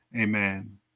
Amen